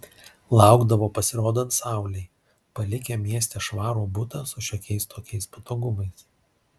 laukdavo pasirodant saulei palikę mieste švarų butą su šiokiais tokiais patogumais